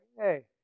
hey